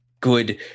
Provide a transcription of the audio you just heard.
good